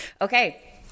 Okay